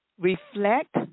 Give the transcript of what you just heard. Reflect